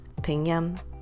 pinyin